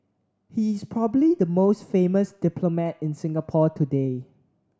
he is probably the most famous diplomat in Singapore today